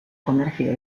comercio